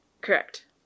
Correct